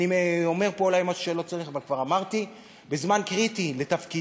אני אומר פה אולי משהו שלא צריך אבל כבר אמרתי: בזמן קריטי לתפקידו,